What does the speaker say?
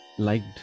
liked